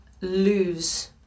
lose